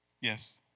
Yes